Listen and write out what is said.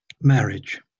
Marriage